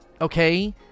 okay